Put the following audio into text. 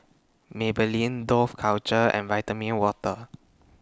Maybelline Dough Culture and Vitamin Water